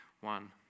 one